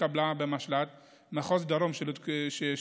שהתקבלה במשל"ט מחוז דרום של כב"ה,